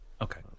Okay